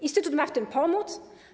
Instytut ma w tym pomóc?